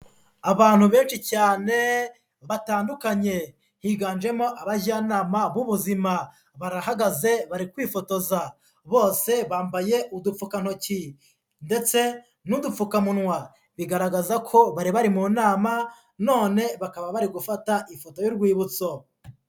Abantu benshi cyane batandukanye, higanjemo abajyanama b'ubuzima barahagaze bari kwifotoza bose bambaye udupfukantoki ndetse n'udupfukamunwa, bigaragaza ko bari bari mu nama none bakaba bari gufata ifoto y'urwibutso.